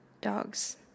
dogs